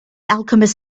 alchemist